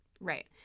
Right